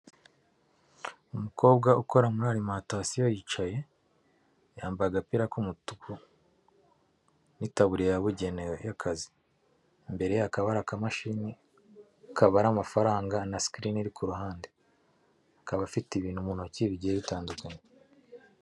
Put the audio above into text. Umukobwa ukora muri alimantasiyo yicaye, yambaye agapira k'umutuku n'itaburiya yabugenewe y'akazi. Imbere ye hakaba hari akamashini kabara amafaranga, na sikirini iri ku ruhande. Akaba afite ibintu mu ntoki bigiye bitandukanye.